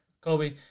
Kobe